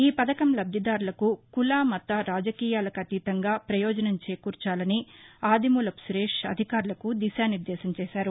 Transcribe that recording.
ఈ పధకం లబ్దిదారులకు కుల మత రాజకీయాలకు అతీతంగా ప్రయోజసం చేకూర్చాలని ఆదిమూలపు సురేష్ అధికారులకు దిశానిర్దేశం చేశారు